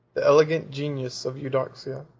the elegant genius of eudocia,